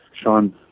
Sean